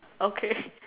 okay